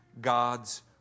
God's